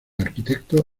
arquitecto